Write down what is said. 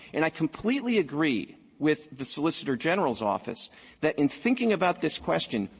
and i completely agree with the solicitor general's office that in thinking about this question,